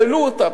העלו אותם.